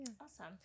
Awesome